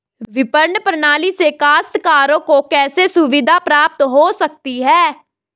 विपणन प्रणाली से काश्तकारों को कैसे सुविधा प्राप्त हो सकती है?